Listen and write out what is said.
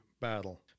battle